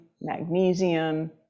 magnesium